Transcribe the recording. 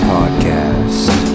Podcast